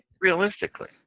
Realistically